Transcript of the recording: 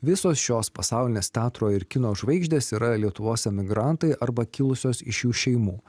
visos šios pasaulinės teatro ir kino žvaigždės yra lietuvos emigrantai arba kilusios iš jų šeimų